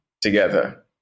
together